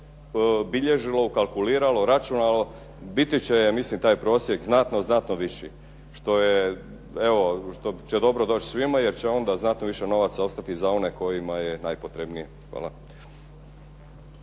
bilježilo, kalkuliralo, računalo, biti će ja mislim taj prosjek znatno, znatno viši, što je evo, što će dobro doći svima jer će onda znatno više novaca ostati za one kojima je najpotrebnije. Hvala.